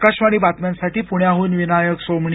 आकाशवाणी बातम्यांसाठी पुण्याहून विनायक सोमणी